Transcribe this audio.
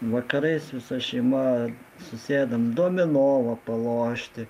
vakarais visa šeima susėdame dominavo va palošti